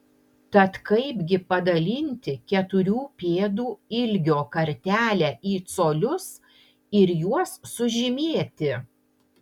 tad kaipgi padalinti keturių pėdų ilgio kartelę į colius ir juos sužymėti